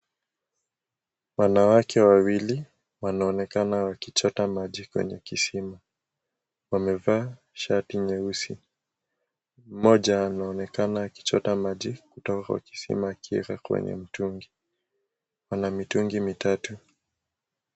Wanawake wawili wanaonekana wakichota maji kwenye kizima. Wamevaa shati nyeusi. Mmoja anaonekana akichota maji kutoka kwa kizima akiweka kwenye mtungi. Ana mitungi mitatu.